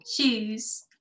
shoes